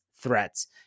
threats